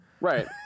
Right